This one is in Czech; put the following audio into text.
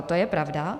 To je pravda.